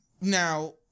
Now